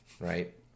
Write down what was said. Right